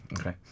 okay